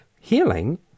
healing